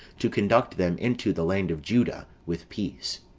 to conduct them into the land of juda with peace.